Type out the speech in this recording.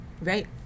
Right